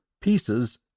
pieces